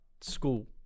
School